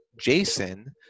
jason